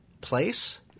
place